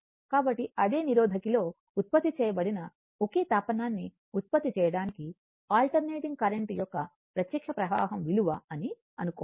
కాబట్టి అదే నిరోధకిలో ఉత్పత్తి చేయబడిన ఒకే తాపనాన్ని ఉత్పత్తి చేయడానికి ఆల్టర్నేటింగ్ కరెంట్ యొక్క ప్రత్యక్ష ప్రవాహం విలువ అని అనుకోవాలి